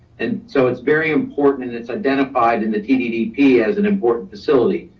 and so it's very important and it's identified in the tddp as an important facility.